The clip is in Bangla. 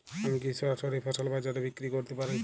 আমি কি সরাসরি ফসল বাজারে বিক্রি করতে পারি?